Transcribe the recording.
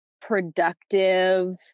productive